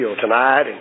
tonight